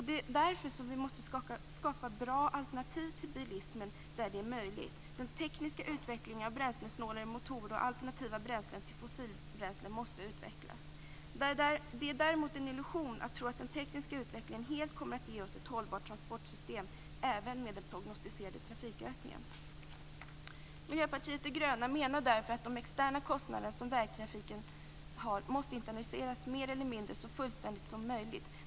Det är därför vi måste skapa bra alternativ till bilismen där så är möjligt. Den tekniska utvecklingen av bränslesnålare motorer måste påskyndas och alternativa bränslen till fossilbränslen utvecklas. Det är däremot en illusion att tro att den tekniska utvecklingen helt kommer att ge oss ett hållbart transportsystem, även med den prognostiserade trafikökningen. Miljöpartiet de gröna menar därför att vägtrafikens externa kostnader måste internaliseras mer eller mindre så fullständigt som möjligt.